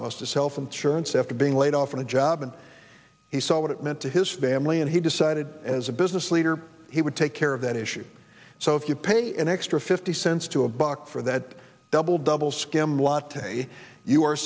lost his health insurance after being laid off from a job and he saw what it meant to his family and he decided as a business leader he would take care of that issue so if you pay an extra fifty cents to a buck for that double double skim latte you are